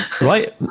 Right